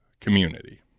community